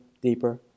deeper